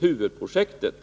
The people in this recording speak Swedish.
huvudprojektet.